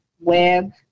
web